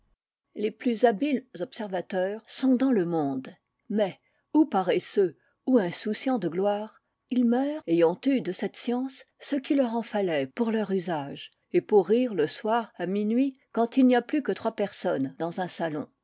les plus habiles observateurs sont dans le monde mais ou paresseux ou insouciants de gloire ils meurent ayant eu de cette science ce qu'il leur en fallait pour leur usage et pour rire le soir à minuit quand il n'y a plus que trois personnes dans un salon